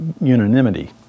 unanimity